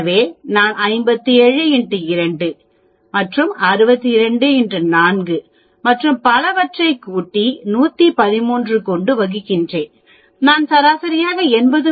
எனவே நான் 57 x 2 62 x 4 மற்றும் பலவற்றை கூட்டி 113 கொண்டு வகுக்கிறேன் நான் சராசரியாக 80